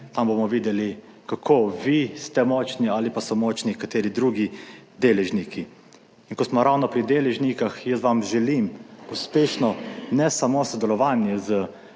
tam bomo videli, kako vi ste močni ali pa so močni kateri drugi deležniki. In ko smo ravno pri deležnikih, jaz vam želim uspešno, ne samo sodelovanje s